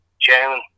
chairman